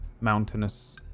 mountainous